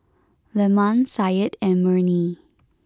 Leman Syed and Murni